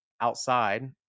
outside